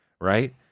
right